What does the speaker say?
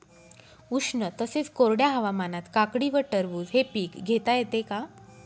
उष्ण तसेच कोरड्या हवामानात काकडी व टरबूज हे पीक घेता येते का?